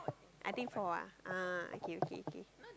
I think four ah ah okay okay okay